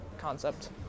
concept